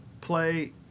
play